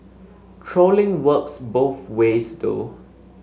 trolling works both ways though